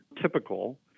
typical